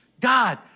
God